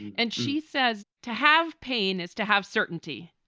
and she says to have pain is to have certainty.